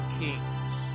kings